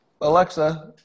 Alexa